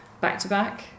back-to-back